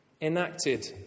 enacted